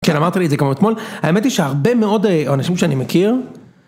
כן אמרת לי את זה כבר אתמול, האמת היא שהרבה מאוד האנשים שאני מכיר